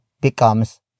becomes